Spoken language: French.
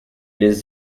les